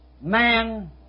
man